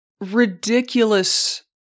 ridiculous